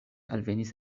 alvenis